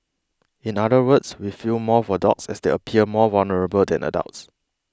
in other words we feel more for dogs as they appear more vulnerable than adults